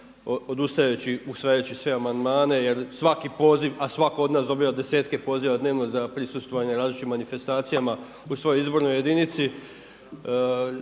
MOST-a usvajajući sve amandmane jer svaki poziv, a svako od nas dobiva desetke poziva dnevno za prisustvovanje različitim manifestacijama u svojoj izbornoj jedinici